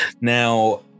Now